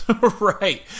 Right